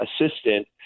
assistant